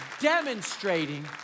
demonstrating